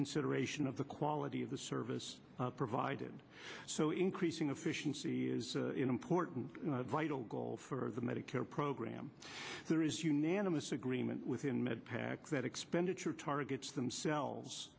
consideration of the quality of the service provided so increasing efficiency is important vital goal for the medicare program there is unanimous agreement within med pac that expenditure targets themselves